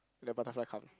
the butterfly come